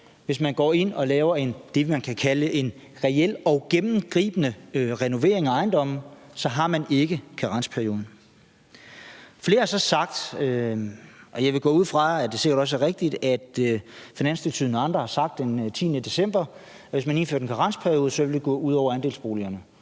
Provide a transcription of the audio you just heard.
det, man kunne kalde en reel og gennemgribende renovering af ejendommen, så har man ikke karensperioden. Flere har så sagt – og jeg vil gå ud fra, at det så også er rigtigt – at Finanstilsynet og andre har sagt den 10. december, at hvis man indførte en karensperiode, ville det gå ud over andelsboligejerne.